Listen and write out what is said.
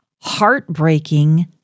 heartbreaking